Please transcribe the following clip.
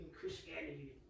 Christianity